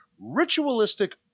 ritualistic